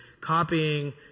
copying